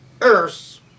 Earth